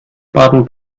baden